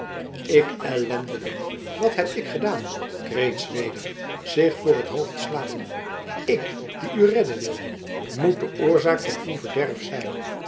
ik ellendeling wat heb ik gedaan kreet zweder zich voor het hoofd slaande ik die u redden wilde moet de oorzaak van uw verderf zijn